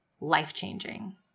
life-changing